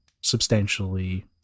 substantially